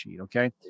Okay